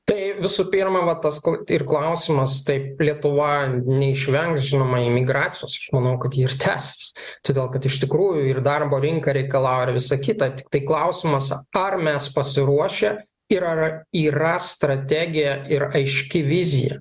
tai visų pirma vat tas ir klausimas taip lietuva neišvengs žinoma imigracijos aš manau kad ji ir tęsis todėl kad iš tikrųjų ir darbo rinka reikalauja ir visa kita tiktai klausimas ar mes pasiruošę ir ar yra strategija yra aiški vizija